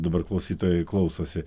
dabar klausytojai klausosi